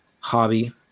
hobby